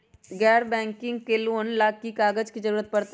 गैर बैंकिंग से लोन ला की की कागज के जरूरत पड़तै?